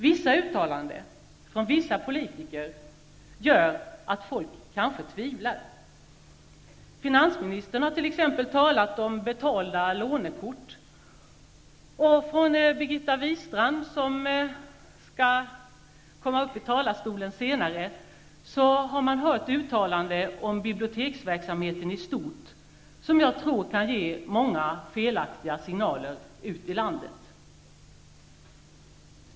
Vissa uttalanden från vissa politiker gör att folk kanske tvivlar. Finansministern har t.ex. talat om betalda lånekort. Från Birgitta Wistrand -- som skall upp i talarstolen senare -- har man hört uttalanden om biblioteksverksamheten i stort, som jag tror kan ge många felaktiga signaler ut i landet.